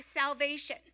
salvation